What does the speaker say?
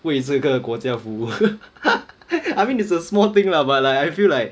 为这个国家服务 I mean it's a small thing lah but like I feel like